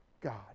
God